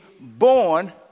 born